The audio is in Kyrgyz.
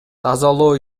тазалоо